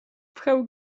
pchał